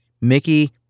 Mickey